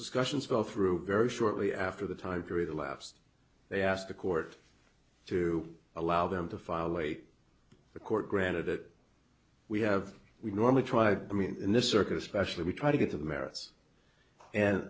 discussions fell through very shortly after the time period elapsed they asked the court to allow them to file late the court granted it we have we normally tried i mean in this circuit especially we try to get the merits and